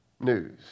news